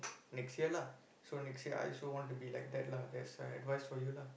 next year lah so next year I also want to be like that lah that's a advice for you lah